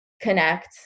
connect